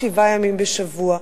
שבעה ימים בשבוע.